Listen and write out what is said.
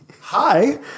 Hi